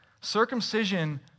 circumcision